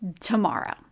tomorrow